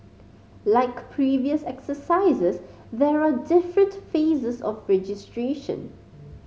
like previous exercises there are different phases of registration